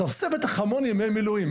אתה עושה בטח בטח המון ימי מילואים.